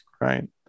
right